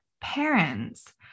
parents